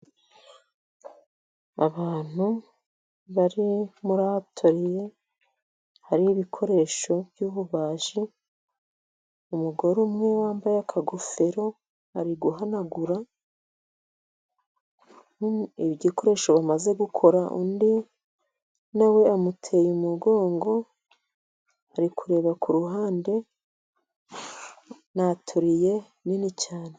Abantu bari muri atoriye, hari ibikoresho by'ububaji, umugore umwe wambaye akagofero, ari guhanagura igikoresho bamaze gukora, undi nawe amuteye umugongo, ari kureba ku ruhande, ni atoriye nini cyane.